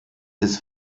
des